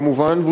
כמובן,